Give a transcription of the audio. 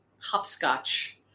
hopscotch